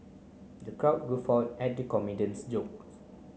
the crowd guffawed at the comedian's jokes